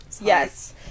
Yes